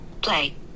Play